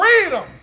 freedom